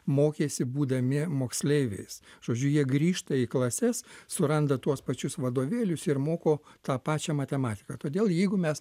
mokėsi būdami moksleiviais žodžiu jie grįžta į klases suranda tuos pačius vadovėlius ir moko tą pačią matematiką todėl jeigu mes